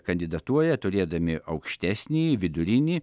kandidatuoja turėdami aukštesnįjį vidurinį